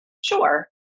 Sure